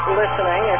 listening